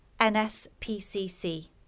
NSPCC